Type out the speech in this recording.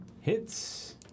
hits